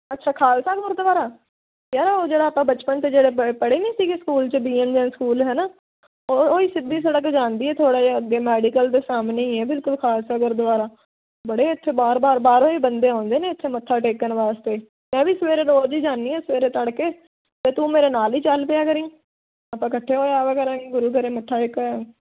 ਅੱਛਾ ਖਾਲਸਾ ਗੁਰਦੁਆਰਾ ਯਾਰ ਉਹ ਜਿਹੜਾ ਆਪਾਂ ਬਚਪਨ ਤੇ ਜਿਹੜਾ ਪ ਪੜ੍ਹੇ ਨਹੀਂ ਸੀਗੇ ਸਕੂਲ 'ਚ ਵੀ ਐੱਨ ਐੱਮ ਸਕੂਲ ਹੈ ਨਾ ਉਹ ਉਹ ਹੀ ਸਿੱਧੀ ਸੜਕ ਜਾਂਦੀ ਥੋੜ੍ਹਾ ਜਿਹਾ ਅੱਗੇ ਮੈਡੀਕਲ ਦੇ ਸਾਹਮਣੇ ਹੀ ਹੈ ਬਿਲਕੁਲ ਖਾਲਸਾ ਗੁਰਦੁਆਰਾ ਬੜੇ ਇੱਥੇ ਬਾਹਰ ਬਾਰ ਬਾਹਰੋਂ ਹੀ ਬੰਦੇ ਆਉਂਦੇ ਨੇ ਇੱਥੇ ਮੱਥਾ ਟੇਕਣ ਵਾਸਤੇ ਮੈਂ ਵੀ ਸਵੇਰੇ ਰੋਜ਼ ਹੀ ਜਾਂਦੀ ਹਾਂ ਸਵੇਰੇ ਤੜਕੇ ਤਾਂ ਤੂੰ ਮੇਰੇ ਨਾਲ ਹੀ ਚੱਲ ਪਿਆ ਕਰੀਂ ਆਪਾਂ ਇਕੱਠੇ ਹੋਏ ਆਵਾਂ ਕਰਾਂਗੇ ਗੁਰੂ ਘਰ ਮੱਥਾ ਟੇਕਣ